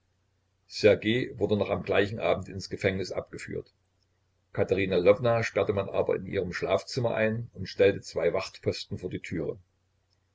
wurde noch am gleichen abend ins gefängnis abgeführt katerina lwowna sperrte man aber in ihrem schlafzimmer ein und stellte zwei wachtposten vor die türe